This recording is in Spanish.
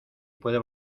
puede